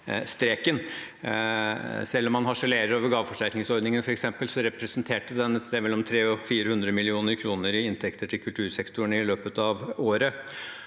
Selv om man harselerer over f.eks. gaveforsterkningsordningen, representerte den et sted mellom 300 og 400 mill. kr i inntekter til kultursektoren i løpet av året.